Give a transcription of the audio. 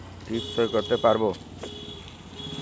টিপ সই করতে পারবো?